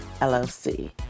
LLC